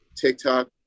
TikTok